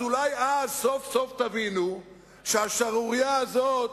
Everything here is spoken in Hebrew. אולי סוף-סוף אז תבינו שהשערורייה הזאת,